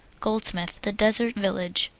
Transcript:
goldsmith, the deserted village.